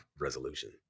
resolution